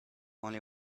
only